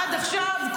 עד עכשיו,